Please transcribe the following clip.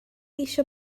eisiau